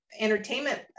entertainment